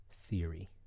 theory